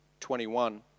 21